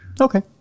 Okay